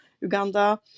Uganda